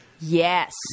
Yes